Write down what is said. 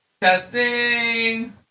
Testing